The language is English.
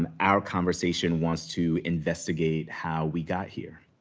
um our conversation wants to investigate how we got here.